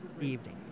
evening